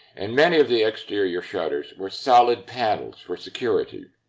and many of the exterior shutters were solid panels for security.